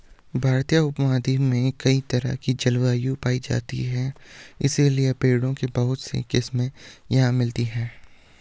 भारतीय उपमहाद्वीप में कई तरह की जलवायु पायी जाती है इसलिए पेड़ों की बहुत सी किस्मे यहाँ मिलती हैं